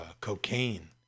cocaine